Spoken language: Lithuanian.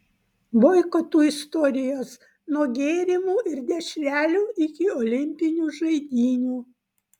boikotų istorijos nuo gėrimų ir dešrelių iki olimpinių žaidynių